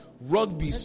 rugby